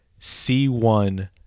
C1